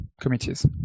committees